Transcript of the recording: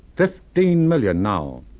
fifteen million now.